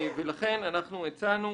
לכן אנחנו הצענו